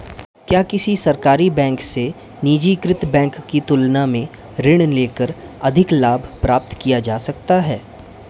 क्या किसी सरकारी बैंक से निजीकृत बैंक की तुलना में ऋण लेकर अधिक लाभ प्राप्त किया जा सकता है?